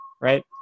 right